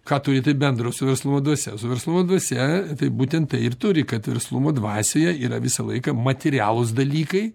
ką turi tai bendro su verslumo dvasia su verslumo dvasia tai būtent tai ir turi kad verslumo dvasioje yra visą laiką materialūs dalykai